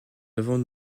avons